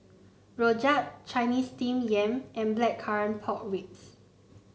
Rojak Chinese Steamed Yam and Blackcurrant Pork Ribs